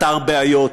פתר בעיות,